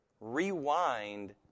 rewind